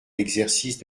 l’exercice